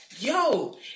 Yo